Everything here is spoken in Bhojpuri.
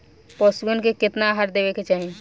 पशुअन के केतना आहार देवे के चाही?